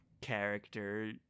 character